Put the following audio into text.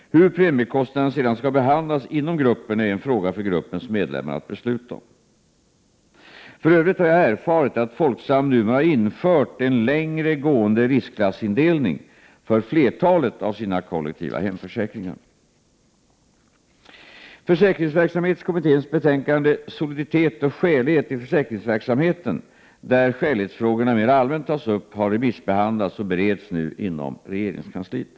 Hur premiekostnaden sedan skall behandlas inom gruppen är en fråga för gruppens medlemmar att besluta om. För övrigt har jag erfarit att Folksam nu har infört en längre gående riskklassindelning för flertalet av sina kollektiva hemförsäkringar. Försäkringsverksamhetskommitténs betänkande Soliditet och skälighet i försäkringsverksamheten, där skälighetsfrågorna mera allmänt tas upp, har remissbehandlats och bereds nu inom regeringskansliet.